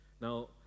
Now